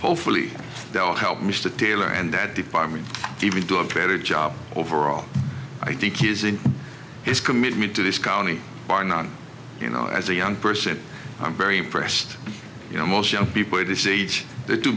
hopefully they'll help mr taylor and that department even do a better job overall i think he's in his commitment to this county bar none you know as a young person i'm very impressed you know most young people at this age they're too